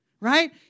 right